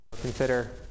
Consider